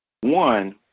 one